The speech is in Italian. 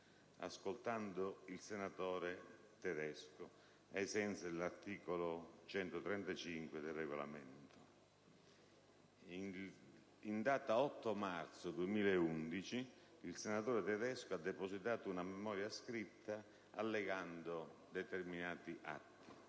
ascoltando il senatore Tedesco, ai sensi dell'articolo 135 del Regolamento. In data 8 marzo 2011 il senatore Tedesco ha depositato una memoria scritta allegando determinati atti,